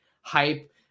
hype